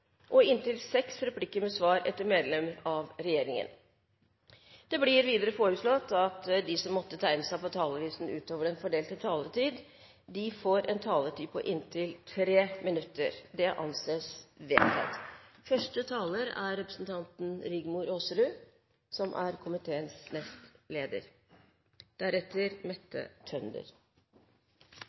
og inntil seks replikker med svar etter innlegg fra medlemmer av regjeringen, innenfor den fordelte taletid. Videre blir det foreslått at de som måtte tegne seg på talerlisten utover den fordelte taletid, får en taletid på inntil 3 minutter. – Det anses vedtatt. Det er